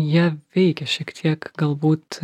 jie veikia šiek tiek galbūt